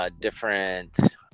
different